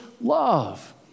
love